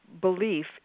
belief